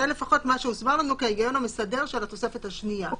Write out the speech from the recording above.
זה לפחות מה שהוסבר לנו כהיגיון המסדר של התוספת השנייה.